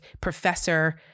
professor